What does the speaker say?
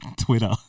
Twitter